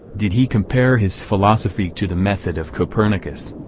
did he compare his philosophy to the method of copernicus.